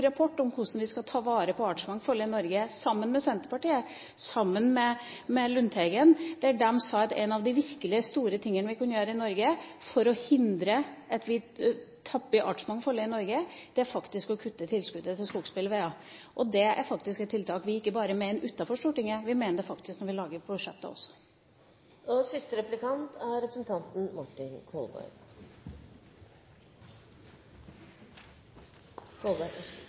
rapport om hvordan vi skal ta vare på artsmangfoldet i Norge sammen med Senterpartiet, sammen med Lundteigen, der de sa at en av de virkelig store tingene vi kunne gjøre i Norge for å hindre at vi tapper artsmangfoldet i Norge, faktisk er å kutte tilskuddet til skogsbilveier. Det er faktisk et tiltak vi ikke bare utenfor Stortinget mener er riktig, vi mener det faktisk når vi lager budsjetter også. Først en kommentar til det vi nå har hørt. Representanten